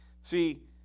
See